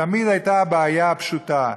תמיד הייתה הבעיה הפשוטה: